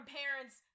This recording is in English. parents